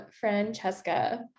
Francesca